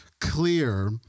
clear